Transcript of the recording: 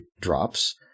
drops